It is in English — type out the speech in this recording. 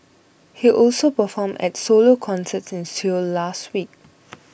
he also performed at solo concerts in Seoul last week